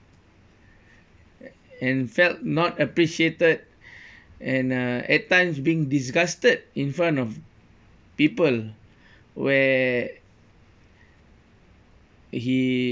a~ and felt not appreciated and uh at times being disgusted in front of people where he